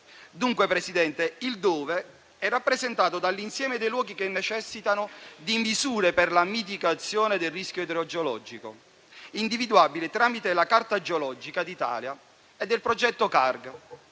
Dunque, Presidente, il dove è rappresentato dall'insieme dei luoghi che necessitano di misure per la mitigazione del rischio idrogeologico, individuabile tramite la carta geologica d'Italia, e dal progetto Carg,